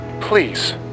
Please